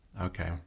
Okay